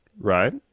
right